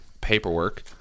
paperwork